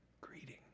greeting